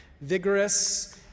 Vigorous